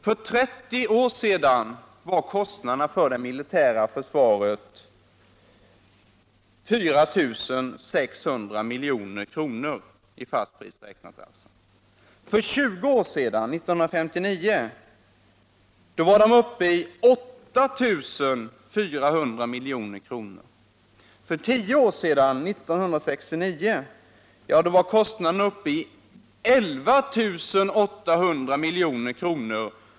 För 30 år sedan uppgick kostnaderna för det militära försvaret till 4 600 milj.kr. För 20 år sedan, år 1959, var kostnaderna uppe i 8 400 milj.kr. För 10 år sedan, 1969, var kostnaderna uppe i 11 800 milj.kr.